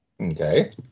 Okay